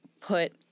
put